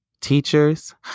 teachers